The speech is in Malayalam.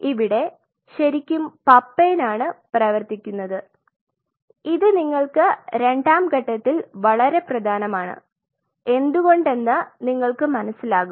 ഇവിടെ ശരിക്കും പപ്പെയ്ൻ ആണ് പ്രവർത്തിക്കുന്നത് ഇത് നിങ്ങൾക്ക് രണ്ടാം ഘട്ടത്തിൽ വളരെ പ്രധാനമാണ് എന്തുകൊണ്ടാണെന്ന് നിങ്ങൾക്ക് മനസ്സിലാകും